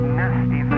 nasty